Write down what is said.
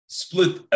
split